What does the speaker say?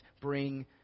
bring